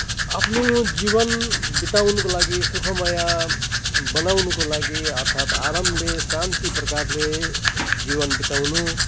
आफ्नु जीवन बिताउनुको लागि सुखमय बनउनुको लागि अर्थात् आरामले शान्ति प्रकारले जीवन बिताउनु